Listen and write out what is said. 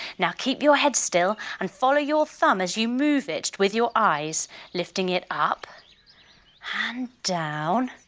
now keep your head still and follow your thumb as you move it with your eyes lifting it up and down.